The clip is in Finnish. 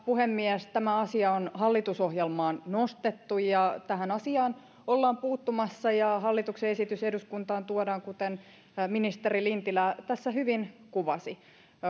puhemies tämä asia on hallitusohjelmaan nostettu ja tähän asiaan ollaan puuttumassa ja hallituksen esitys eduskuntaan tuodaan kuten ministeri lintilä tässä hyvin kuvasi